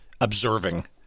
observing